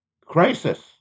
crisis